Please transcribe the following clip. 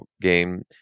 game